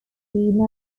nature